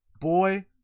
Boy